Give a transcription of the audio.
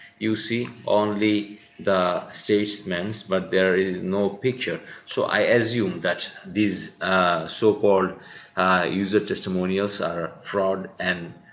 you see only the statesman's but there is no picture so i assume that these so-called user testimonials are fraud and